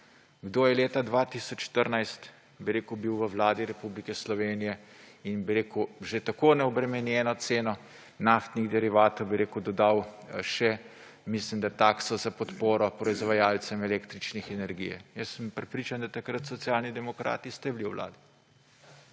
Kdo je leta 2014 bil v Vladi Republike Slovenije in, bi rekel, že tako na obremenjeno ceno naftnih derivatov dodal še, mislim, da takso za podporo proizvajalcem električne energije? Prepričan sem, da takrat Socialni demokrati ste bili